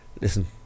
listen